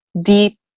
deep